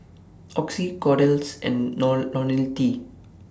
Oxy Kordel's and Nor Ionil T